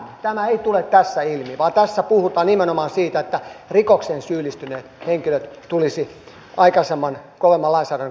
tämä ei tule tässä ilmi vaan tässä puhutaan nimenomaan siitä että rikokseen syyllistyneet henkilöt tulisi aikaisempaa kovemman lainsäädännön kautta poistaa maasta